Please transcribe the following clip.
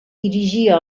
dirigia